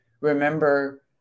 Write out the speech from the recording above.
remember